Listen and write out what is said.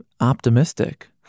optimistic